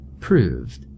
proved